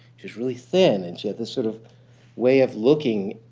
she was really thin. and she had this sort of way of looking,